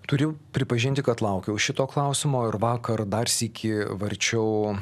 turiu pripažinti kad laukiau šito klausimo ir vakar dar sykį varčiau